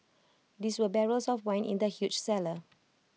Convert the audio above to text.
there were barrels of wine in the huge cellar